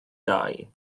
dau